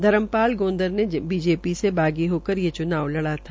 धर्मपाल गोंदार ने बीजेपी से बागी होकर ये चुनाव लड़ा था